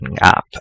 app